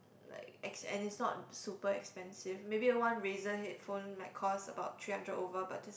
like ex~ and it's not super expensive maybe one Razer headphone might cost about three hundred over but just